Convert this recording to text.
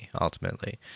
ultimately